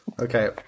Okay